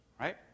right